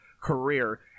career